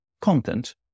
Content